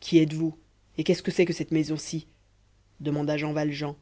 qui êtes-vous et qu'est-ce que c'est que cette maison-ci demanda jean valjean